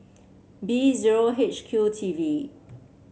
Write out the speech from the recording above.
B zero H Q T V